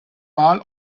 mal